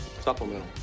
Supplemental